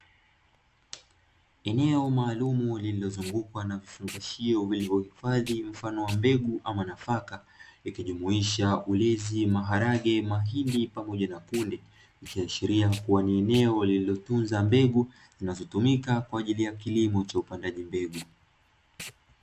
Eneo maalumu lililozungukwa na vifungashio vilivyohifadhi mfano wa mbegu ama nafaka, ikijumuisha ulezi, maharage, mahindi pamoja na kunde. Ikiashiria kuwa ni eneo lililotunza mbegu, zinazotumika kwa ajili ya kilimo cha upandaji mbegu.